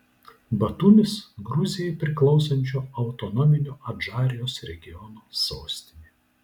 batumis gruzijai priklausančio autonominio adžarijos regiono sostinė